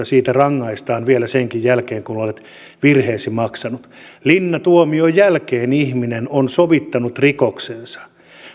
siitä rangaistaan vielä senkin jälkeen kun olet virheesi maksanut linnatuomion jälkeen ihminen on sovittanut rikoksensa